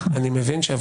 מצב שבו